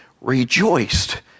rejoiced